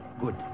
good